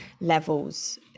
levels